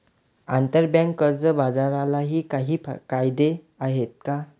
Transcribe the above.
आंतरबँक कर्ज बाजारालाही काही कायदे आहेत का?